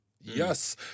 yes